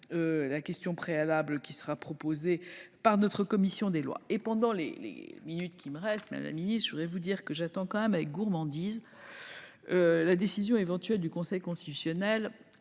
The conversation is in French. la question préalable qui sera proposée par notre commission des lois. Quelques mots enfin, madame la ministre, pour vous dire que j'attends avec gourmandise la décision éventuelle du Conseil constitutionnel